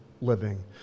living